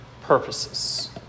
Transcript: purposes